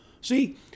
See